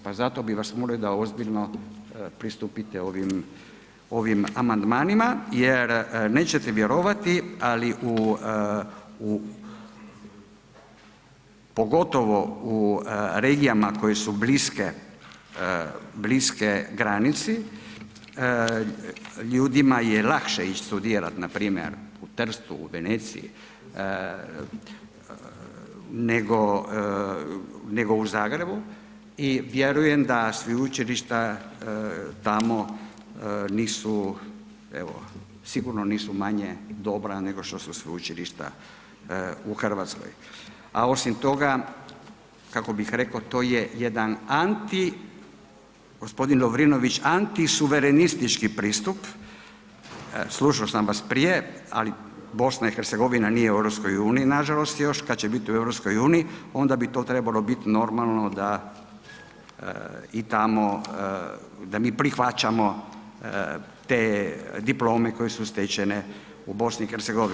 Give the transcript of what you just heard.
Pa zato bih vas molio da ozbiljno pristupite ovim amandmanima jer nećete vjerovati, ali u pogotovo u regijama koje su bliske granici, ljudima je lakše ići studirat, npr. u Trstu, u Veneciji, nego u Zagrebu i vjerujem da sveučilišta tamo sigurno nisu manje dobra nego što su sveučilišta u Hrvatskoj, a osim toga, kako bih rekao, to je jedan anti, g. Lovrinović, antisuverenistički pristup, slušao sam vas prije, ali BiH nije u EU, nažalost još, kad će biti u EU, onda bi to trebalo biti normalno da i tamo da mi prihvaćamo te diplome koje su stečene u BiH.